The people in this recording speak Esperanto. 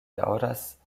daŭras